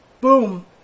boom